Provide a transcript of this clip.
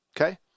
okay